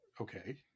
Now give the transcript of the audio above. Okay